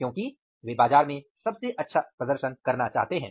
क्योंकि वे बाजार में सबसे अच्छा प्रदर्शन करना चाहते हैं